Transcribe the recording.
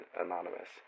anonymous